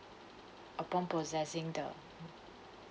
upon possessing the